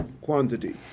quantity